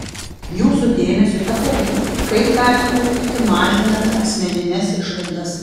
jūsų dėmesiui patarimai kaip galima taupyti mažinant asmenines išlaidas